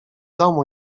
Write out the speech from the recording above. domu